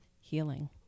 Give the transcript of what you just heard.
healing